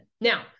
now